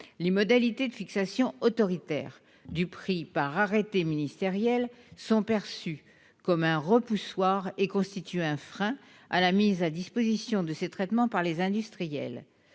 les modalités autoritaires de fixation du prix par arrêté ministériel sont perçues comme un repoussoir et constituent un frein à la mise à disposition de ces traitements par les industriels.